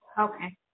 Okay